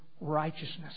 righteousness